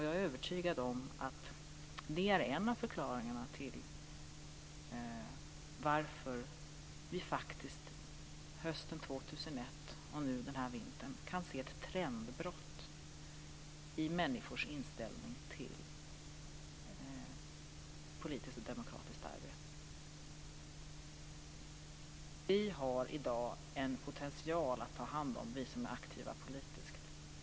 Jag är övertygad om att det är en av förklaringarna till att vi under hösten 2001 och den här vintern har kunnat se ett trendbrott i människors inställning till politiskt och demokratiskt arbete. Det finns i dag en potential hos människorna som vi som är politiskt aktiva har att ta hand om.